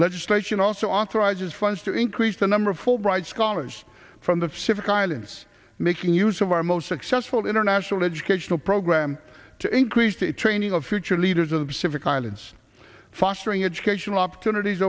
legislation also authorizes funds to increase the number of fulbright scholars from the fifty islands making use of our most successful international educational program to increase the training of future leaders of the pacific islands fostering educational opportunities